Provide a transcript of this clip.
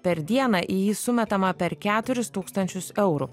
per dieną į jį sumetama per keturis tūkstančius eurų